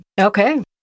Okay